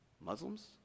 Muslims